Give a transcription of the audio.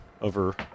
over